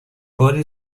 باری